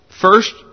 first